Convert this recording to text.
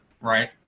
right